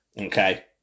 okay